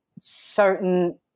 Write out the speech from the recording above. certain